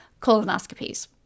colonoscopies